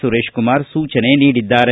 ಸುರೇಶ್ ಕುಮಾರ್ ಸೂಚನೆ ನೀಡಿದ್ದಾರೆ